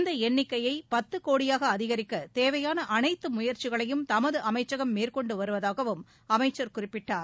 இந்த எண்ணிக்கையை பத்து கோடியாக அதிகரிக்க தேவையான அனைத்து முயற்சிகளையும் தமது அமைச்சகம் மேற்கொண்டு வருவதாகவும் அமைச்சர் குறிப்பிட்டார்